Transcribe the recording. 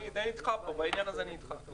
בעניין הזה אני איתך.